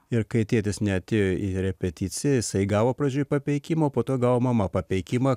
ir kai tėtis neatėjo į repeticiją jisai gavo pradžioj papeikimą po to gavo mama papeikimą